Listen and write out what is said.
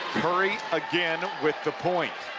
curry again with the point.